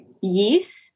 yeast